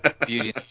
Beauty